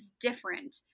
different